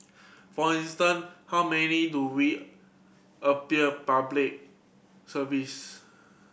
for instance how many do we appeal Public Service